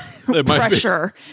pressure